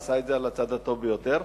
ועשה את זה על הצד הטוב ביותר.